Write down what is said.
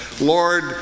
Lord